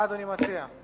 מה אדוני מציע?